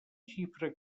xifra